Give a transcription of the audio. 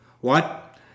What